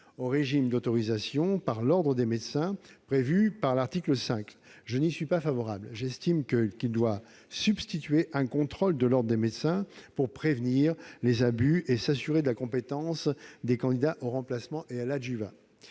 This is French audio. par le Conseil national de l'ordre des médecins prévu par l'article 5. Je n'y suis pas favorable. J'estime qu'il doit subsister un contrôle du Conseil national de l'ordre des médecins pour prévenir les abus et s'assurer de la compétence des candidats au remplacement et à l'adjuvat.